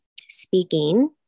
speaking